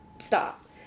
stop